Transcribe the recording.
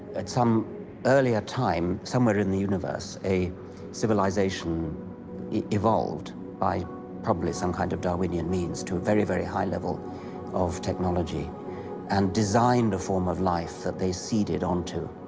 at some earlier time, somewhere in the universe, a civilization evolved by probably some kind of darwinian means to a very, very high level of technology and designed a form of life that they seeded onto,